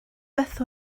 beth